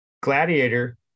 gladiator